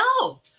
no